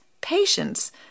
patience